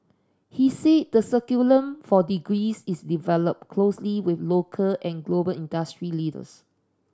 he said the curriculum for degrees is developed closely with local and global industry leaders